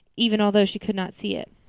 even although she could not see it.